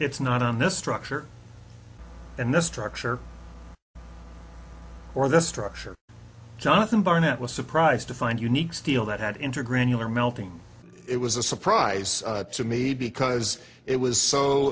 it's not on the structure and the structure or the structure jonathan barnett was surprised to find unique steel that had into granular melting it was a surprise to me because it was so